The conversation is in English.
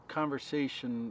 conversation